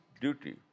duty